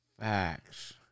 Facts